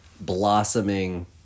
blossoming